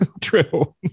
true